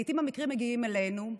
לעיתים המקרים מגיעים אלינו,